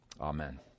amen